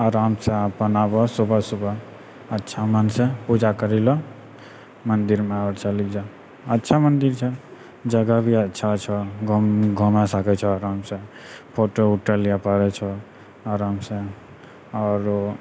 आरामसँ अपन आबऽ सुबह सुबह अच्छा मनसँ पूजा करै लए मन्दिरमे चलि जा अच्छा मन्दिर छै जगह भी अच्छा छौ घुमै सकै छोआरामसँ फोटो उटो लिए पड़ै छो आरामसँ आओरो